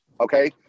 Okay